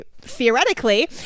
theoretically